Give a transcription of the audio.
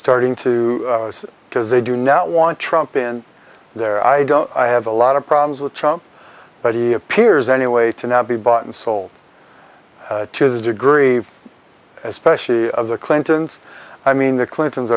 starting to because they do not want trump in there i don't have a lot of problems with trump but he appears anyway to now be bought and sold to the degree especially of the clintons i mean the clintons